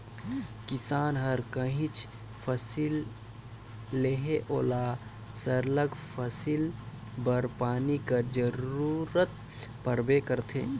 किसान हर काहींच फसिल लेहे ओला सरलग फसिल बर पानी कर जरूरत परबे करथे